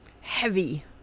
heavy